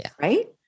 right